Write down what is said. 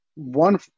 One